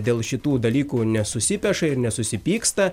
dėl šitų dalykų nesusipeša ir nesusipyksta